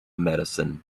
medicine